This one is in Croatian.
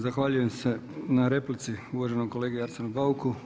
Zahvaljujem se na replici uvaženom kolegi Arsenu Bauku.